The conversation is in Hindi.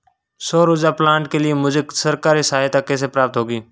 सौर ऊर्जा प्लांट के लिए मुझे सरकारी सहायता कैसे प्राप्त होगी?